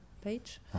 page